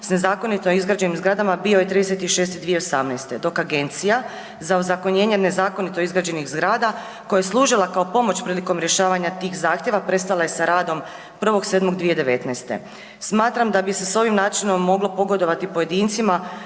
s nezakonito izgrađenim zgradama bio je 30.6.2018., dok Agencija za ozakonjene nezakonito izgrađenih zgrada koja je služila kao pomoć prilikom rješavanja tih zahtjeva prestala je sa radom 1.7.2019. Smatram da bi se s ovim načinom moglo pogodovati pojedincima